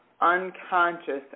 unconscious